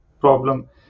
problem